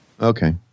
Okay